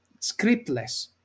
scriptless